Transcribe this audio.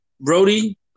Brody